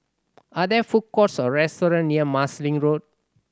are there food courts or restaurant near Marsiling Road